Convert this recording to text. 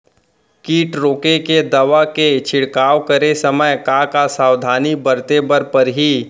किट रोके के दवा के छिड़काव करे समय, का का सावधानी बरते बर परही?